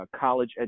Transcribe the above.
college